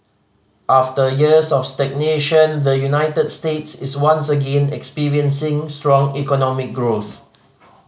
after years of stagnation the United States is once again experiencing strong economic growth